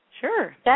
Sure